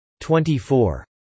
24